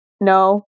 no